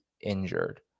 injured